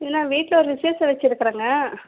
இல்லை வீட்டில் ஒரு விசேஷம் வைச்சிருக்குறோங்க